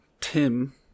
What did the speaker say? Tim